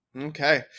Okay